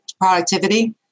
productivity